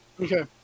Okay